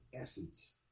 essence